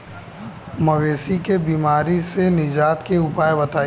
मवेशी के बिमारी से निजात के उपाय बताई?